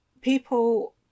people